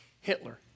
Hitler